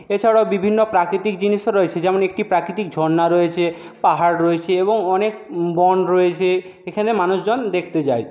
এছাড়াও বিভিন্ন প্রাকৃতিক জিনিসও রয়েছে যেমন একটি প্রাকৃতিক ঝর্ণা রয়েছে পাহাড় রয়েছে এবং অনেক বন রয়েছে এখানে মানুষজন দেখতে যায়